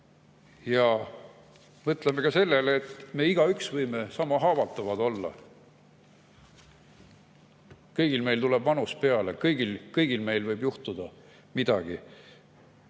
Ja mõtleme ka sellele, et meist igaüks võib sama haavatav olla. Kõigil meil tuleb vanus peale, kõigil meil võib midagi